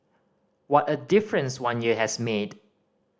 what a difference one year has made